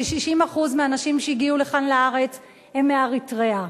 ש-60% מהאנשים שהגיעו לכאן לארץ הם מאריתריאה.